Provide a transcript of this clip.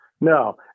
No